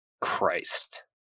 Christ